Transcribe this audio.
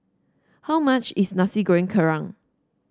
how much is Nasi Goreng Kerang